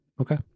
Okay